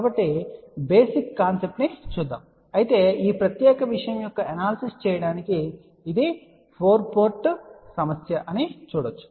కాబట్టి basic concept ను చూద్దాం అయితే ఈ ప్రత్యేకమైన విషయం యొక్క అనాలసిస్ చేయడానికి ఇది 4 పోర్ట్ సమస్య అని చూడవచ్చు